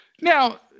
Now